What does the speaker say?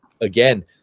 again